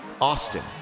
Austin